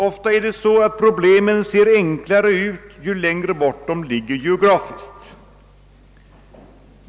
Ofta ser problemen enklare ut, ju längre bort de ligger geografiskt.